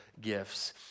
gifts